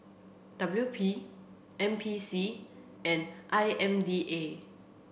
W P N P C and I M D A